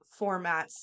formats